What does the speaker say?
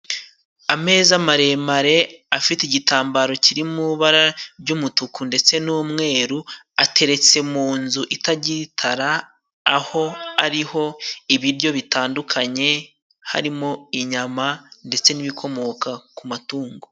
Ameza maremare afite igitambaro kiri mu bara ry'umutuku ndetse n'umweru, ateretse mu nzu itagira itara, aho hariho ibiryo bitandukanye harimo inyama, ndetse n'ibikomoka ku matungo.